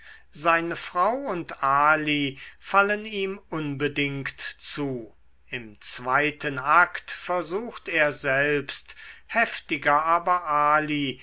seine frau und ali fallen ihm unbedingt zu im zweiten akt versucht er selbst heftiger aber ali